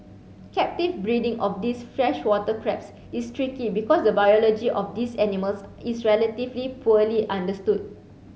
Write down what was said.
captive breeding of these freshwater crabs is tricky because the biology of these animals is relatively poorly understood